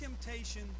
temptation